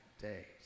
days